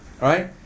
Right